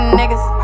niggas